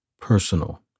personal